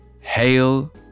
Hail